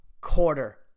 quarter